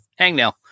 Hangnail